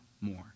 more